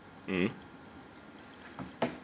mmhmm